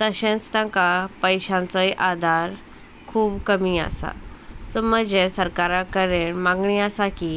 तशेंच तांकां पयशांचोय आदार खूब कमी आसा सो म्हजे सरकारा करेन मागणी आसा की